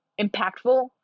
impactful